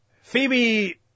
Phoebe